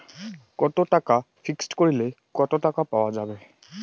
কত টাকা ফিক্সড করিলে কত টাকা পাওয়া যাবে?